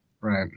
Right